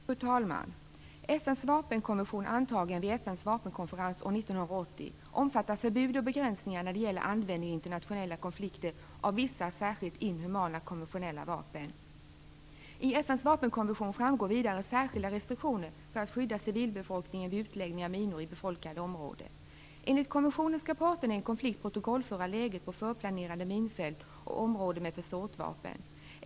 Fru talman! FN:s vapenkonvention, antagen vid FN:s vapenkonferens år 1980, omfattar förbud och begränsningar vad gäller användning i internationella konflikter av vissa särskilt inhumana konventionella vapen. I FN:s vapenkonvention framgår vidare särskilda restriktioner för att skydda civilbefolkningen vid utläggningen av minor i befolkade områden. Enligt konventionen skall parterna i en konflikt protokollföra läget på förplanerade minfält och områden med försåtvapen.